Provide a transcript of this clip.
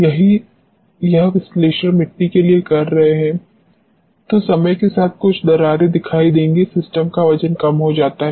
यदि यही विश्लेषण मिट्टी के लिए कर रहे है तो समय के साथ कुछ दरारे दिखाई देंगी सिस्टम का वजन कम हो जाता है